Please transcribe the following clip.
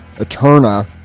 Eterna